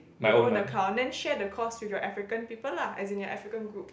your own account then share the course with your African people lah as in your African group